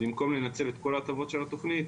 במקום לנצל את כל ההטבות של התוכנית,